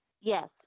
Yes